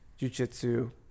jujitsu